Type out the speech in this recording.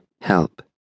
help